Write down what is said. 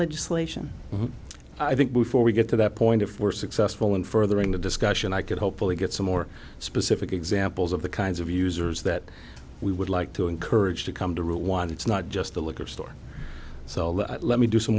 legislation i think before we get to that point if we're successful in furthering the discussion i could hopefully get some more specific examples of the kinds of users that we would like to encourage to come to route one it's not just the liquor store so let me do some